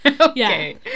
Okay